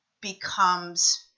becomes